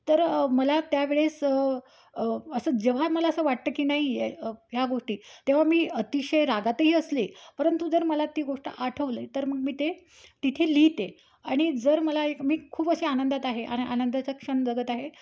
तर मला त्यावेळेस असं जेव्हा मला असं वाटतं की नाही आहे ह्या गोष्टी तेव्हा मी अतिशय रागातही असले परंतु जर मला ती गोष्ट आठवलं आहे तर मग मी ते तिथे लिहिते आणि जर मला एक मी खूप असे आनंदात आहे आणि आनंदाचा क्षण जगत आहे